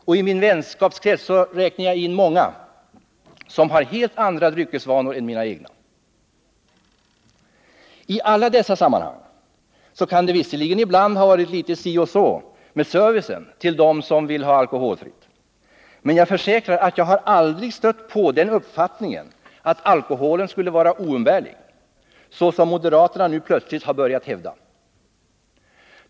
Och i min vänskapskrets räknar jag in många som har helt andra dryckesvanor än jag. I alla dessa sammanhang kan det visserligen ibland ha varit litet si och så med servicen till den som vill ha alkoholfri dryck. Men jag försäkrar att jag aldrig har stött på den uppfattningen att alkoholen skulle vara oumbärlig, så som moderaterna nu plötsligt har börjat hävda.